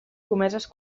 comeses